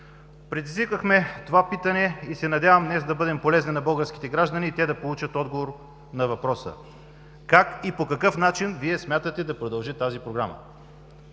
Предизвикахме това питане и се надявам днес да бъдем полезни на българските граждани, за да получат отговор на въпросите – как и по какъв начин Вие смятате да продължи тази Програма?